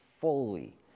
fully